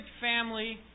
family